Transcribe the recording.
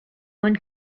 one